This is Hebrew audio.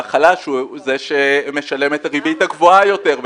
והחלש הוא זה שמשלם את הריבית הגבוהה יותר,